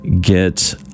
get